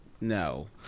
No